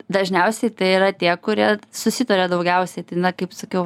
dažniausiai tai yra tie kurie susitaria daugiausiai na kaip sakiau